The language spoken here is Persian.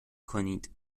کنید